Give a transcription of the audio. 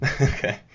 Okay